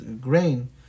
grain